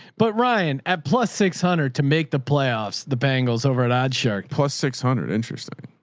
but ryan at plus six hundred to make the playoffs, the bangles over at odd shark plus six hundred interesting.